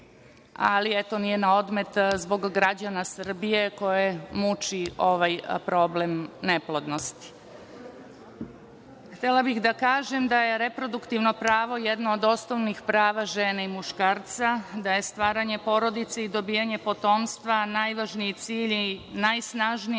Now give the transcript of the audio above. ali nije na odmet zbog građana Srbije koje muči ovaj problem neplodnosti. Htela bih da kažem da je reproduktivno pravo jedno od osnovnih prava žena i muškarca, da je stvaranje porodice i dobijanje potomstva najvažniji cilj i najsnažnije